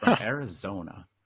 Arizona